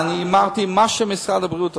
אמרתי, מה שמשרד הבריאות עושה,